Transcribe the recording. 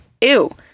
ew